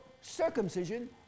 circumcision